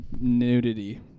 nudity